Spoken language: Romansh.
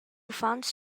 uffants